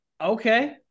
Okay